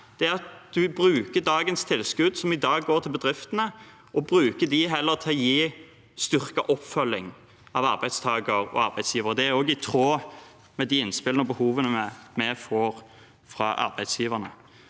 er at en bruker tilskuddet som i dag går til bedriftene, til heller å gi styrket oppfølging av arbeidstaker og arbeidsgiver. Det er også i tråd med de innspillene og behovene vi får fra arbeidsgiverne.